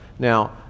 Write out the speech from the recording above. Now